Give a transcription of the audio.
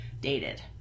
dated